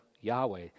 Yahweh